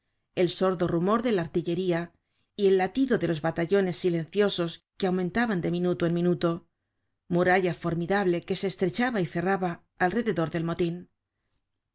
el sordo rumor de la artillería y el latido de los batallones silenciosos que aumentaban de minuto en minuto muralla formidable que se estrechaba y cerraba alrededor del motin